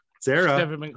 Sarah